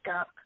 up